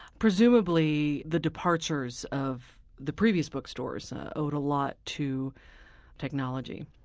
presumably the departures of the previous bookstores owed a lot to technology.